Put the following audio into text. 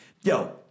Yo